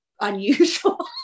unusual